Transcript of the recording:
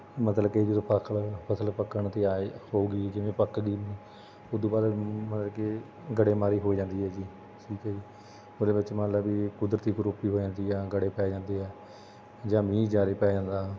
ਮਤਲਬ ਕਿ ਜਦੋਂ ਪੱਕ ਫਸਲ ਪੱਕਣ 'ਤੇ ਆਏ ਹੋਊਗੀ ਜਿਵੇਂ ਪੱਕਦੀ ਉੱਦੂ ਬਾਅਦ ਮਤਲਬ ਕਿ ਗੜ੍ਹੇਮਾਰੀ ਹੋ ਜਾਂਦੀ ਹੈ ਜੀ ਠੀਕ ਹੈ ਜੀ ਉਹਦੇ ਵਿੱਚ ਮਤਲਬ ਵੀ ਕੁਦਰਤੀ ਕਰੋਪੀ ਹੋ ਜਾਂਦੀ ਆ ਗੜ੍ਹੇ ਪੈ ਜਾਂਦੇ ਆ ਜਾਂ ਮੀਂਹ ਜ਼ਿਆਦਾ ਪੈ ਜਾਂਦਾ